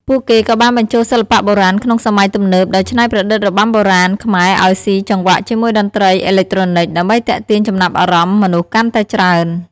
ពួកគេក៏បានបញ្ចូលសិល្បៈបុរាណក្នុងសម័យទំនើប ដោយច្នៃប្រឌិតរបាំបុរាណខ្មែរឱ្យស៊ីចង្វាក់ជាមួយតន្ត្រីអេឡិចត្រូនិក ដើម្បីទាក់ទាញចំណាប់អារម្មណ៍មនុស្សកាន់តែច្រើន។